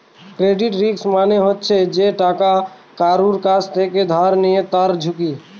credit risk মানে হচ্ছে যে টাকা কারুর কাছ থেকে ধার নেয় তার ঝুঁকি